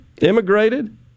immigrated